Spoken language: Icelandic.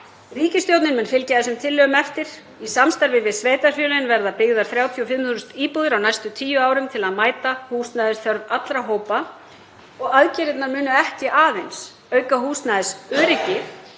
Ríkisstjórnin mun fylgja þessum tillögum eftir, í samstarfi við sveitarfélögin verða byggðar 35.000 íbúðir á næstu 10 árum til að mæta húsnæðisþörf allra hópa. Aðgerðirnar munu ekki aðeins auka húsnæðisöryggi